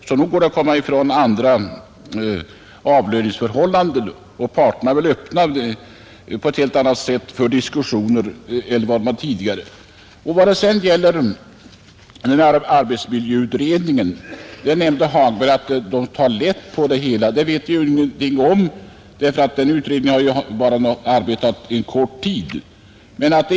Så nog går det att komma fram till andra avlöningsförhållanden, och parterna är väl öppna för diskussioner på ett annat sätt än vad man tidigare var, Herr Hagberg nämnde att arbetsmiljöutredningen tar lätt på det hela. Det vet vi ingenting om, den utredningen har bara arbetat en kort tid.